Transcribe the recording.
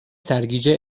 سرگیجه